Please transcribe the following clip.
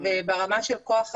וגם ברמה של כוח אדם.